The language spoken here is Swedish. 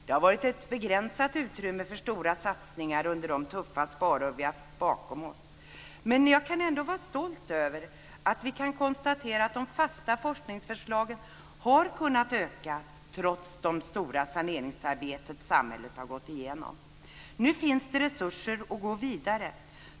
Det har varit ett begränsat utrymme för stora satsningar under de tuffa sparår vi nu har bakom oss. Jag kan ändå vara stolt över att vi kan konstatera att de fasta forskningsanslagen har kunnat öka trots det stora saneringsarbete samhället har gått igenom. Nu finns det resurser att gå vidare.